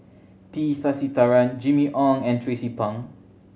T Sasitharan Jimmy Ong and Tracie Pang